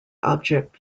object